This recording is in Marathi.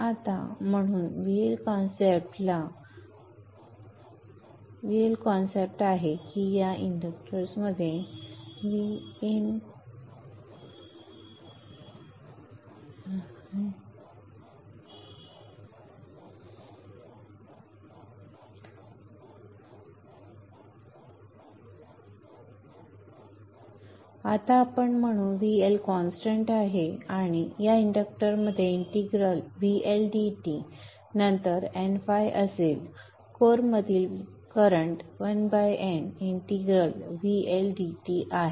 आता आपण म्हणू VL कॉन्स्टंट आहे या की इंडक्टरमध्ये नंतर N φ असेल संदर्भ वेळ 2225 φ कोरमधील प्रवाह आहे